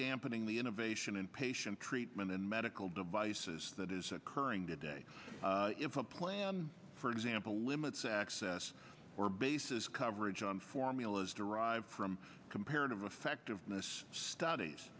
dampening the innovation in patient treatment and medical devices that is occurring today if a plan for example limits access or bases coverage on formulas derived from comparative effectiveness studies